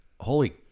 Holy